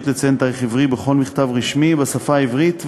לציין תאריך עברי בכל מכתב רשמי בשפה העברית,